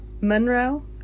monroe